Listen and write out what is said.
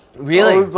really?